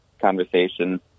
conversation